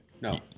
No